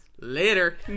later